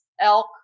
Elk